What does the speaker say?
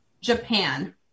Japan